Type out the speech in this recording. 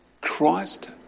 Christ